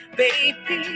baby